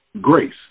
grace